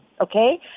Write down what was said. okay